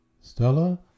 Stella